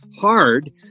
hard